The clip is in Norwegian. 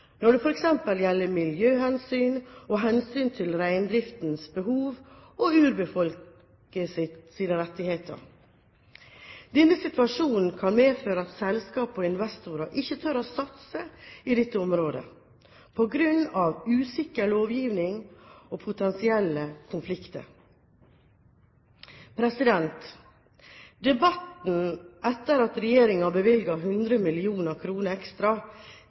hensyn til reindriftens behov og urfolks rettigheter. Denne situasjonen kan medføre at selskap og investorer ikke tør å satse i dette området på grunn av usikker lovgivning og potensielle konflikter. Debatten etter at regjeringen bevilget 100 mill. kr ekstra